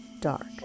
dark